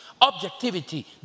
objectivity